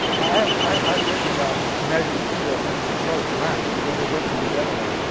i have, i've written about measures to deal, and so has len, and we've been working together on